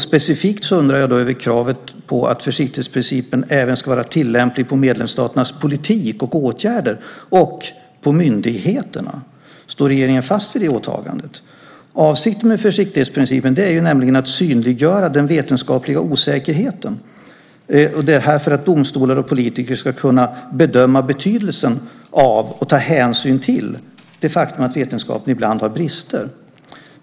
Specifikt undrar jag över kravet på att försiktighetsprincipen även ska vara tillämplig på medlemsstaternas politik och åtgärder och på myndigheterna. Står regeringen fast vid det åtagandet? Avsikten med försiktighetsprincipen är nämligen att synliggöra den vetenskapliga osäkerheten för att domstolar och politiker ska kunna bedöma betydelsen av och ta hänsyn till det faktum att vetenskapen ibland har brister.